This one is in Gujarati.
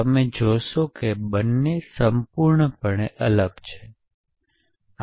તમે જોશો કે બંને સંપૂર્ણપણે અલગ છે